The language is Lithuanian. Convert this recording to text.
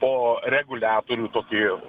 po reguliatorių tokį